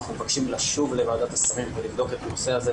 אנחנו מבקשים לשוב לוועדת השרים ולבדוק את הנושא הזה,